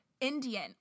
indian